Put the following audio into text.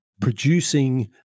producing